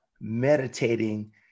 meditating